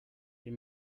you